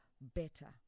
better